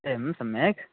एवं सम्यक्